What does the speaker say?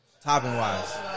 topping-wise